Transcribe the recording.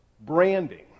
branding